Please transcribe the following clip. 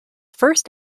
first